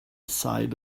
side